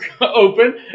open